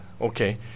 Okay